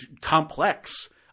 complex